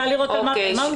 על מה אתה מדבר.